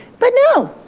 but no,